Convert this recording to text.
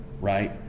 Right